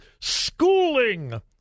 schooling